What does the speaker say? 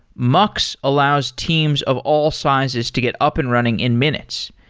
mux allows teams of all sizes to get up and running in minutes,